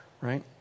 right